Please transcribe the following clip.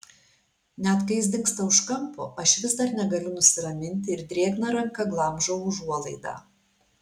net kai jis dingsta už kampo aš vis dar negaliu nusiraminti ir drėgna ranka glamžau užuolaidą